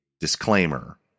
Disclaimer